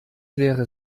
wäre